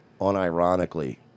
unironically